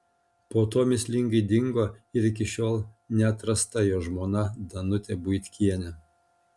po to mįslingai dingo ir iki šiol neatrasta jo žmona danutė buitkienė